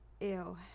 ew